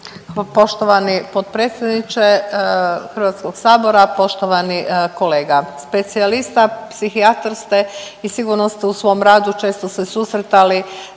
Poštovani potpredsjedniče Hrvatskog sabora, poštovani kolega, specijalista psihijatar ste i sigurno ste u svom radu često se susretali